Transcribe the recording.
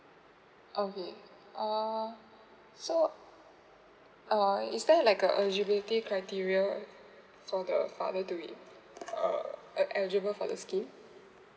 okay uh so uh is there like a eligibility criteria for the father to it uh e~ eligible for the scheme